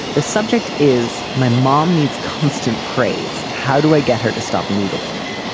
the subject is my mom needs constant praise. how do i get her to stop needling me.